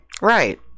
right